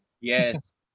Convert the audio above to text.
Yes